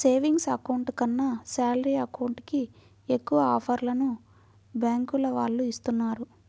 savings account కన్నా salary account కి ఎక్కువ ఆఫర్లను బ్యాంకుల వాళ్ళు ఇస్తున్నారు